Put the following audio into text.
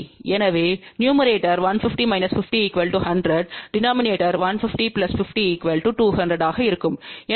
எனவே னூமிரேடோர் 150 50 100டெனோமினேடோர் 150 50 200 ஆக இருக்கும் எனவே 100200 12